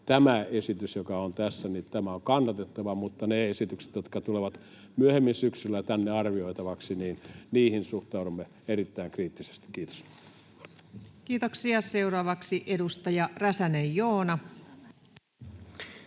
tämä esitys, joka on tässä, on kannatettava, mutta niihin esityksiin, jotka tulevat myöhemmin syksyllä tänne arvioitavaksi, suhtaudumme erittäin kriittisesti. — Kiitos. [Speech 7] Speaker: Ensimmäinen